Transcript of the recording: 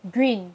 green